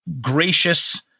gracious